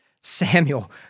Samuel